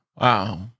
wow